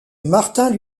martin